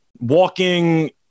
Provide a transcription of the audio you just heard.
walking